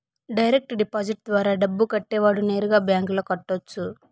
direct deposit ద్వారా డబ్బు కట్టేవాడు నేరుగా బ్యాంకులో కట్టొచ్చు